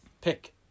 pick